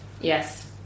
yes